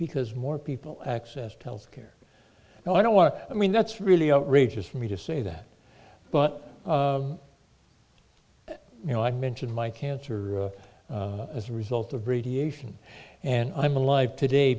because more people access to health care now i don't what i mean that's really outrageous for me to say that but you know i mentioned my cancer as a result of radiation and i'm alive today